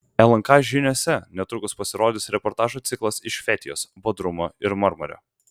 lnk žiniose netrukus pasirodys reportažų ciklas iš fetijos bodrumo ir marmario